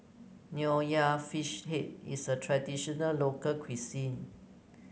Nonya Fish Head is a traditional local cuisine